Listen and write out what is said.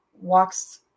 walks